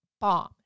bomb